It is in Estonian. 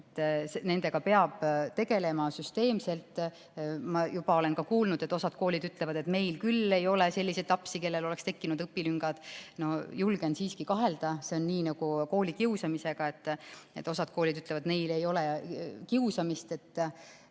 Nendega peab tegelema süsteemselt. Ma olen juba kuulnud, et osa koole ütleb, et meil küll ei ole selliseid lapsi, kellel oleks tekkinud õpilüngad. Julgen siiski kahelda. See on nii nagu koolikiusamisega: osa koole ütleb, et neil ei ole kiusamist,